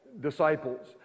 disciples